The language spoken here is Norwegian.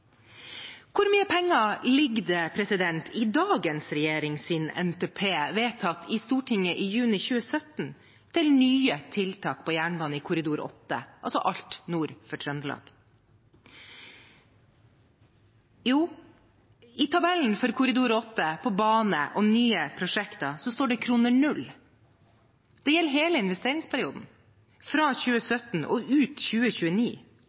Hvor mye penger ligger det fra dagens regjering i NTP-en vedtatt i Stortinget i juni 2017 til nye tiltak på jernbane i korridor 8 – altså alt nord for Trøndelag? I tabellen for korridor 8, bane og nye prosjekter, står det kroner null. Det gjelder hele investeringsperioden – fra 2017 og ut 2029.